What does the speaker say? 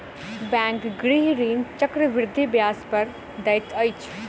bank गृह ऋण चक्रवृद्धि ब्याज दर पर दैत अछि